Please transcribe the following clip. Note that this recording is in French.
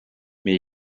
mais